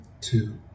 Two